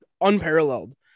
unparalleled